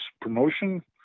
promotion